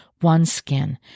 OneSkin